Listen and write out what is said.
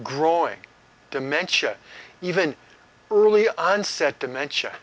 growing dementia even early onset dementia